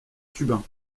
cubain